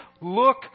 look